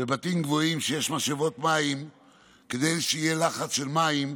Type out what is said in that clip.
בבתים גבוהים שיש בהם משאבות מים כדי שיהיה לחץ של מים,